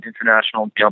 international